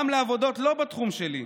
גם לעבודות שלא בתחום שלי,